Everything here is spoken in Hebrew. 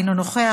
אינו נוכח,